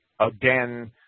again